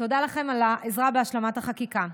תודה לכם על העזרה בהשלמת החקיקה.